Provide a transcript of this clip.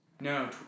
No